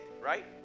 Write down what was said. Right